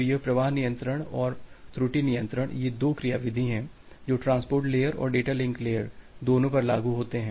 तो यह प्रवाह नियंत्रण और त्रुटि नियंत्रण ये दो क्रियाविधि हैं जो ट्रांसपोर्ट लेयर और डेटा लिंक लेयर दोनों पर लागू होते हैं